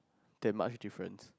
that much different